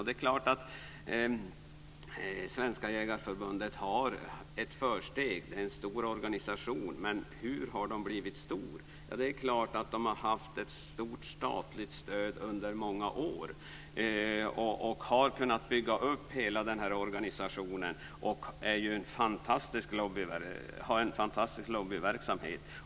Det är klart att Svenska Jägareförbundet har ett försteg. Det är en stor organisation. Men hur har den blivit stor? Man har haft ett stort statligt stöd under många år, har kunnat bygga upp hela denna organisation och har en fantastisk lobbyverksamhet.